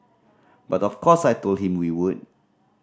but of course I told him we would